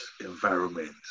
environment